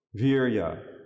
virya